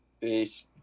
Peace